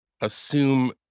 assume